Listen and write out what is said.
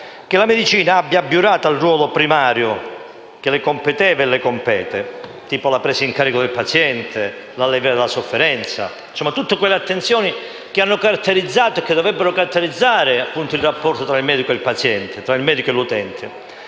che la medicina avesse abiurato al ruolo primario che le competeva e le compete, come la presa in carico del paziente, l'alleviare la sofferenza, insomma tutte quelle attenzioni che hanno caratterizzato e che dovrebbero caratterizzare il rapporto tra il medico e il paziente, determinando